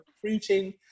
preaching